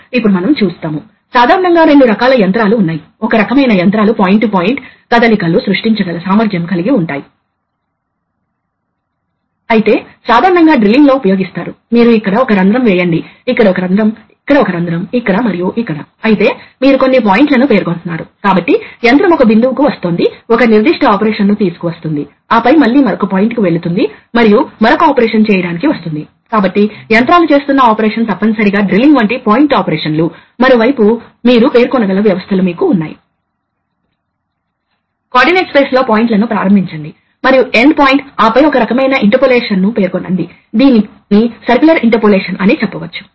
కాబట్టి మనం తరచుగా ఎలక్ట్రో మెకానికల్ యాక్యుయేటర్లను కలిగి ఉంటాము కాబట్టి ఎలక్ట్రో మేగ్నెటిక్ యాక్యుయేటర్ ప్రాథమికంగా ఇది పెర్మనెంట్ మాగ్నెట్ మరియు ఎలక్ట్రో మాగ్నెట్ మధ్య ఎలక్ట్రో మేగ్నెటిక్ ఆకర్షణ ద్వారా పనిచేస్తుంది కాబట్టి మీరు డ్రైవ్ చేసినప్పుడు లేదా కొన్నిసార్లు ఎలక్ట్రో మాగ్నెట్ మధ్య మరియు ఐరన్ స్పూల్ రెండూ సాధ్యమే కాబట్టి యాక్యుయేటర్లు రోటరీ లేదా లీనియర్ మరియు సాధారణంగా స్టార్టింగ్ ఫోర్స్ స్ట్రోక్ లెంగ్త్ ఎంత కదలగలదో మరియు కరెంటు రిక్వైర్మెంట్స్ వివిధ స్పెసిఫికేషన్స్ ఉండవచ్చు